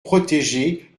protégées